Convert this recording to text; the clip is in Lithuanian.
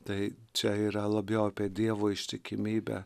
tai čia yra labiau apie dievo ištikimybę